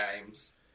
games